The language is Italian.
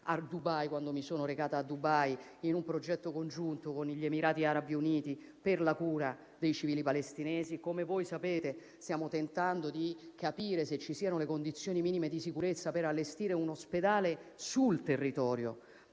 Gaslini, quando mi sono recata lì per un progetto congiunto con gli Emirati Arabi Uniti per la cura dei civili palestinesi. Come voi sapete, stiamo tentando di capire se ci siano le condizioni minime di sicurezza per allestire un ospedale sul territorio